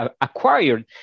acquired